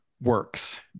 works